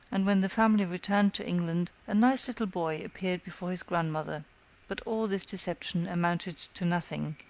and when the family returned to england a nice little boy appeared before his grandmother but all this deception amounted to nothing,